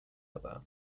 other